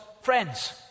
friends